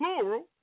plural